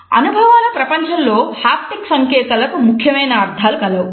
అనుభవాల ప్రపంచంలో హాప్టిక్ సంకేతాలకు ముఖ్యమైన అర్ధాలు కలవు